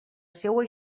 seua